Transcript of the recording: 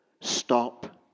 stop